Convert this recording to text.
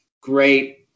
great –